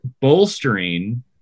bolstering